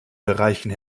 bereichen